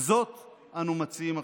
וזאת אנו מציעים עכשיו.